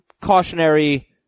cautionary